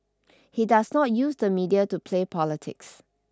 he does not use the media to play politics